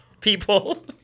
people